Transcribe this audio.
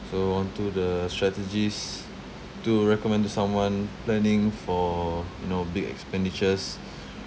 so onto the strategies to recommend to someone planning for you know big expenditures